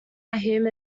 him